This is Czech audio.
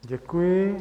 Děkuji.